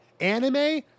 Anime